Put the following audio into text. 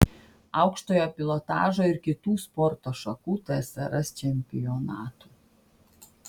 aukštojo pilotažo ir kitų sporto šakų tsrs čempionatų